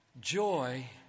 Joy